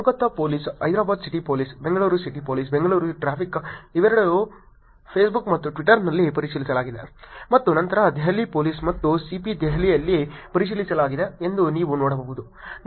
Kolkata police Hyderabad city police Bengaluru city police Bengaluru city traffic ಇವೆರಡನ್ನೂ Facebook ಮತ್ತು ಟ್ವಿಟರ್ನಲ್ಲಿ ಪರಿಶೀಲಿಸಲಾಗಿದೆ ಮತ್ತು ನಂತರ ದೆಹಲಿ ಪೊಲೀಸ್ ಮತ್ತು ಸಿಪಿ ದೆಹಲಿಯಲ್ಲಿ ಪರಿಶೀಲಿಸಲಾಗಿದೆ ಎಂದು ನೀವು ನೋಡಬಹುದು